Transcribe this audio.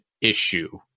issue